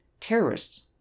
terrorists